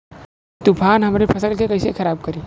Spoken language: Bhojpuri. तूफान हमरे फसल के कइसे खराब करी?